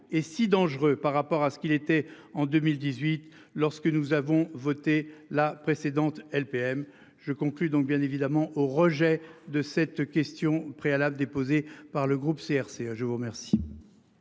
et si dangereux par rapport à ce qu'il était en 2018 lorsque nous avons voté la précédente LPM je conclus donc bien évidemment au rejet de cette question préalable déposée par le groupe CRCE je vous remercie.